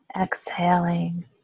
Exhaling